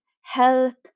help